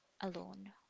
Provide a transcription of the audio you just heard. alone